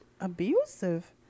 Abusive